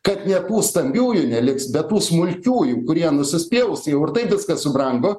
kad ne tų stambiųjų neliks be tų smulkiųjų kurie nusispjaus jau ir taip viskas brangu